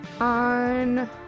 on